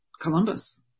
Columbus